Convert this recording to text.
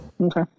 okay